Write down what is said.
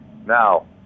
Now